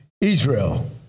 Israel